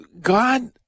God